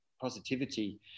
positivity